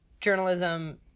journalism